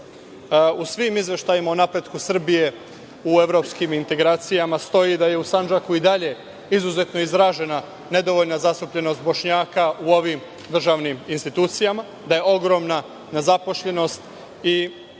svim izveštajima o napretku Srbije u evropskim integracijama stoji da je u Sandžaku i dalje izuzetno izražena nedovoljna zastupljenost Bošnjaka u ovim državnim institucijama, da je ogromna nezaposlenost i